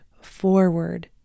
forward